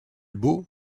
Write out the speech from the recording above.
beau